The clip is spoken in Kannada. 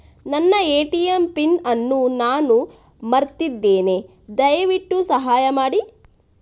ನನ್ನ ಎ.ಟಿ.ಎಂ ಪಿನ್ ಅನ್ನು ನಾನು ಮರ್ತಿದ್ಧೇನೆ, ದಯವಿಟ್ಟು ಸಹಾಯ ಮಾಡಿ